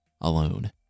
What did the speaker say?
alone